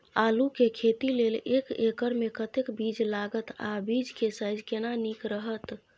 आलू के खेती लेल एक एकर मे कतेक बीज लागत आ बीज के साइज केना नीक रहत?